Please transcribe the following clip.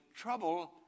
trouble